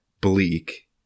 bleak